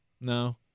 No